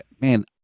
man